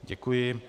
Děkuji.